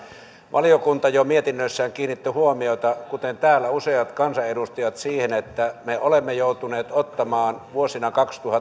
valiokunta jo mietinnössään kiinnitti huomiota kuten täällä useat kansanedustajat siihen että me olemme joutuneet ottamaan vuosina